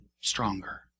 stronger